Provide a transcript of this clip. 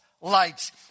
lights